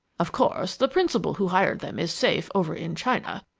of course, the principal who hired them is safe, over in china,